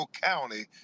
County